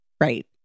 Right